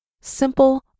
simple